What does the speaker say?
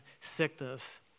sickness